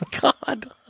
God